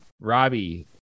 Robbie